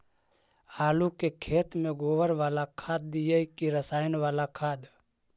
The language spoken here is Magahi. आलू के खेत में गोबर बाला खाद दियै की रसायन बाला खाद?